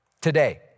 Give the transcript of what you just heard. Today